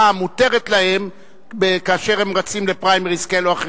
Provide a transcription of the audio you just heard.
המותרת להם כאשר הם רצים לפריימריס כאלה או אחרים,